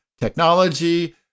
technology